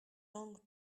langue